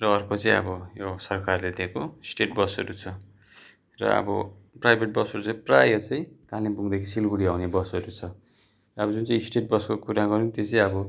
र अर्को चाहिँ अब यो सरकारले दिएको स्टेट बसहरू छ र अब प्राइभेट बसहरू चाहिँ प्रायः चाहिँ कालिम्पोङदेखि सिलगुडी आउने बसहरू छ अब जुन चाहिँ स्टेट बसको कुरा गऱ्यौँ त्यो चाहिँ अब